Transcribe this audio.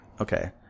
Okay